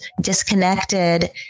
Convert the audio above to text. disconnected